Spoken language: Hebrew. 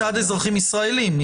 מצד אזרחים ישראלים.